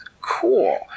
cool